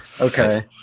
Okay